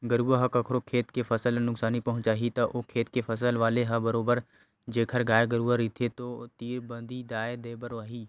गरुवा ह कखरो खेत के फसल ल नुकसानी पहुँचाही त ओ खेत के फसल वाले ह बरोबर जेखर गाय गरुवा रहिथे ओ तीर बदी देय बर आही ही